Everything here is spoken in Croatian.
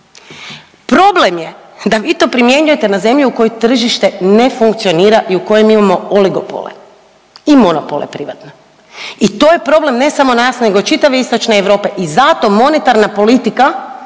Problem je da to vi primjenjujete na zemlje u koje tržište ne funkcionira i u kojem imamo oligopole i monopole privatne. I to je problem ne samo nas nego i čitave istočne Europe i zato monetarna politika